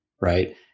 right